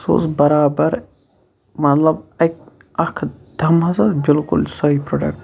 سُہ اوس بَرابَر مَطلَب اَکہ اَکھ دَم ہَسا بِلکُل سوے پروڈَکٹ